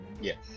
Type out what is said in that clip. yes